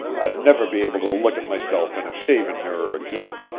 i'd never be able to look at myself in a shavin' mirror again.